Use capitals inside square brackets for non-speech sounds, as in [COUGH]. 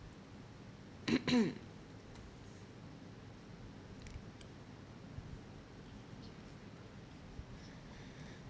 [COUGHS]